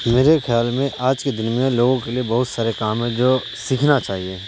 میرے خیال میں آج کے دن میں لوگوں کے لیے بہت سارے کام ہیں جو سیکھنا چاہیے